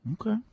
Okay